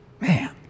man